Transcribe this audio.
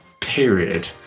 period